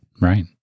Right